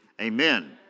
Amen